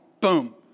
Boom